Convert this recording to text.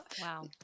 Wow